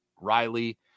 Riley